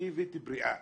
ספורטיבית בריאה.